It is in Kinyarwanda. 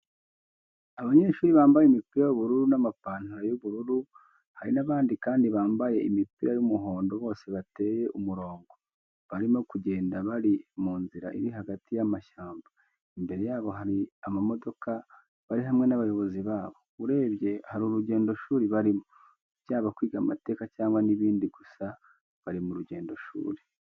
Abanyeshuri bambaye imipira y'ubururu n'amapantaro y'ubururu, hari n'abandi kandi bamabaye imipira y'umuhondo bose bateye umurungo, barimo kugenda bari mu nzira iri hagati y'amashyamba, imbere yabo hari amamodoka, bari hamwe n'abayobozi babo, urebye hari urugendoshuri barimo, byaba kwiga amateka cyangwa n'ibindi gusa bari mu rugendeshuri.